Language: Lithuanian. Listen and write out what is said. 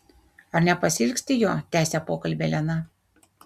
ar nepasiilgsti jo tęsia pokalbį elena